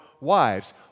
wives